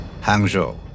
Hangzhou